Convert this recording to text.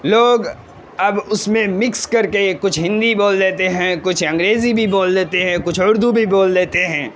لوگ اب اس میں مکس کر کے کچھ ہندی بول دیتے ہیں کچھ انگریزی بھی بول دیتے ہیں کچھ اردو بھی بول دیتے ہیں